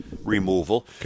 removal